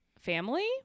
family